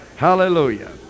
Hallelujah